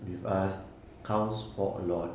with us counts for a lot